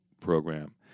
Program